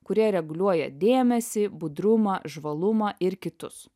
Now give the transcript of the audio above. kurie reguliuoja dėmesį budrumą žvalumą ir kitus